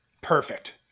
perfect